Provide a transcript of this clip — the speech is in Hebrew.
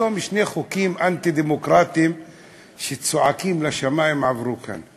היום שני חוקים אנטי-דמוקרטיים שצועקים לשמים עברו כאן: